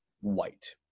white